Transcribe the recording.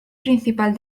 principal